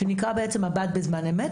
שנקרא בעצם מב"ד בזמן אמת,